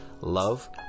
love